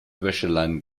wäscheleinen